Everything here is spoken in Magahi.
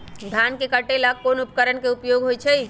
धान के काटे का ला कोंन उपकरण के उपयोग होइ छइ?